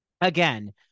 again